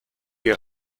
die